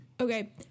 Okay